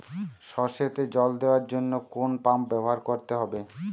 সরষেতে জল দেওয়ার জন্য কোন পাম্প ব্যবহার করতে হবে?